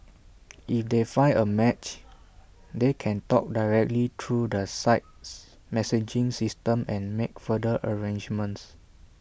if they find A match they can talk directly through the site's messaging system and make further arrangements